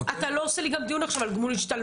אתה לא עושה לי גם דיון עכשיו על גמול השתלמות,